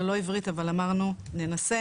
ללא עברית אבל אמרנו ננסה,